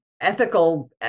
ethical